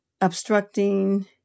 obstructing